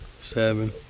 seven